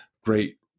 great